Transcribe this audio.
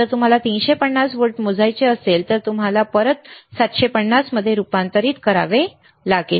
जर तुम्हाला 350 व्होल्ट मोजायचे असतील तर तुम्हाला परत 7 50 मध्ये रूपांतरित करावे लागेल